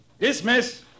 Dismiss